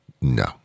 no